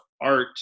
art